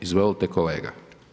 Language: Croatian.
Izvolite kolega.